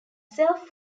self